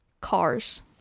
Cars